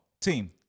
Team